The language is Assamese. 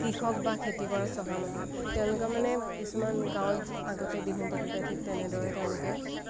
কৃষক বা খেতি কৰা চহা মানুহ তেওঁলোকে মানে কিছুমান গাঁৱত আগতে বিহু পাতোঁতে ঠিক তেনেদৰে তেওঁলোকে